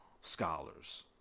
scholars